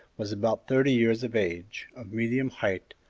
was about thirty years of age, of medium height,